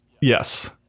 Yes